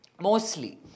Mostly